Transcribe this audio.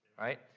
right